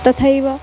तथैव